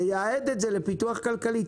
תייעד את זה לפיתוח כלכלי,